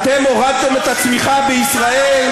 אתם הורדתם את הצמיחה בישראל,